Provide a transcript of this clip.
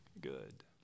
good